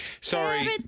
Sorry